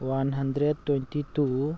one hundred twenty two